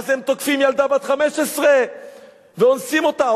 אז הם תוקפים ילדה בת 15 ואונסים אותה,